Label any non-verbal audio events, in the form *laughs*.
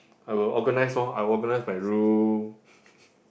I will organize orh I will organize my room *laughs*